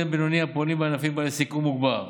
ובינוניים הפועלים בענפים בעלי סיכון מוגבר,